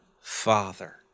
Father